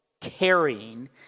carrying